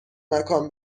مکان